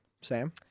Sam